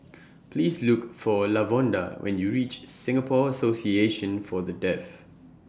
Please Look For Lavonda when YOU REACH Singapore Association For The Deaf